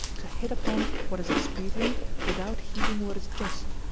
to hit upon what is expedient without heeding what is just,